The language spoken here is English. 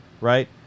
right